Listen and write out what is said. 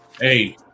Hey